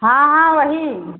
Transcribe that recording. हाँ हाँ वही